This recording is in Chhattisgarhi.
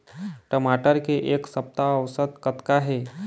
टमाटर के एक सप्ता औसत कतका हे?